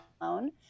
alone